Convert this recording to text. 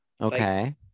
Okay